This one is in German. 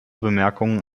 bemerkungen